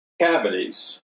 cavities